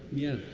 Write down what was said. yeah.